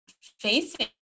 facing